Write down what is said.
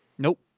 Nope